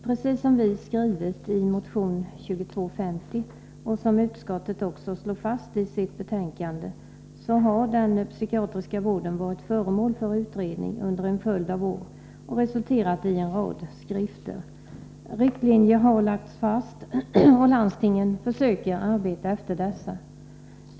Precis som vi skrivit i motion 2250 och som utskottet också slår fast i sitt betänkande, har den psykiatriska vården varit föremål för utredning under en följd av år, vilket resulterat i en rad skrifter. Riktlinjer har lagts fast, och landstingen försöker arbeta efter dessa.